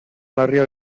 larriak